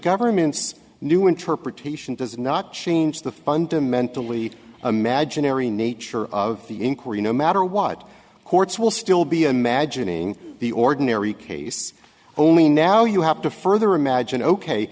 government's new interpretation does not change the fundamentally imaginary nature of the inquiry no matter what courts will still be imagining the ordinary case only now you have to further imagine ok